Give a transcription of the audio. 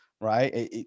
right